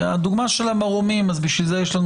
הדוגמה של המרעומים בשביל זה יש לנו